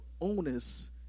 onus